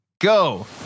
go